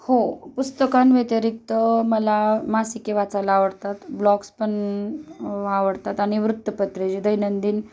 हो पुस्तकांव्यतिरिक्त मला मासिके वाचायला आवडतात ब्लॉग्सपण आवडतात आणि वृत्तपत्रे दैनंदिन